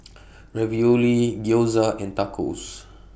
Ravioli Gyoza and Tacos